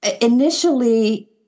initially